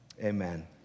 amen